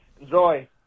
Enjoy